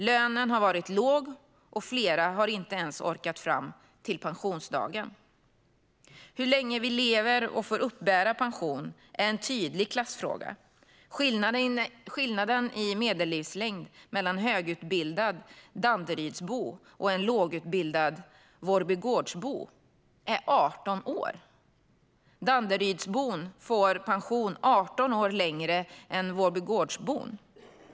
Lönen har varit låg, och flera har inte ens orkat fram till pensionsdagen. Hur länge vi lever och får uppbära pension är en tydlig klassfråga. Skillnaden i medellivslängd mellan en högutbildad Danderydsbo och en lågutbildad Vårbygårdsbo är 18 år. Danderydsbon får pension 18 år längre än Vårbygårdsbon.